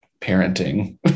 parenting